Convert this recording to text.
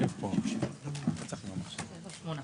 הצבעה